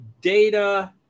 data